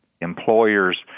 Employers